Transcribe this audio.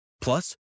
Plus